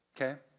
Okay